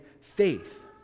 faith